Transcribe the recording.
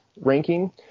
ranking